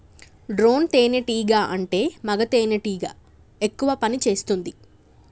drone తేనే టీగా అంటే మగ తెనెటీగ ఎక్కువ పని చేస్తుంది